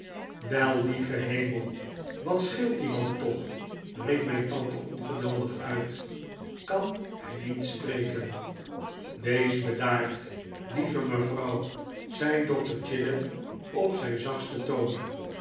wel iieve hemel wat scheelt dien man toch riep mijn tante ongeduldig uit kan hij niet spreken wees bedaard lieve mevrouw zei dokter chillip op zijn zachtsten toon